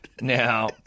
Now